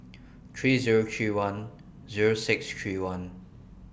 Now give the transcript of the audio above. three Zero three one Zero six three one